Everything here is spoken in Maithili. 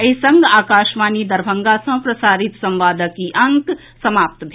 एहि संग आकाशवाणी दरभंगा सँ प्रसारित संवादक ई अंक समाप्त भेल